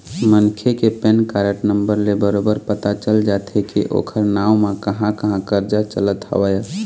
मनखे के pan card number ले बरोबर पता चल जाथे के ओखर नांव म कहाँ कहाँ करजा चलत हवय